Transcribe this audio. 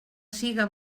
siga